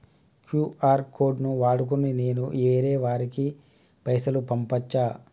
QR code ను వాడుకొని నేను వేరే వారికి పైసలు పంపచ్చా?